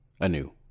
anew